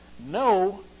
No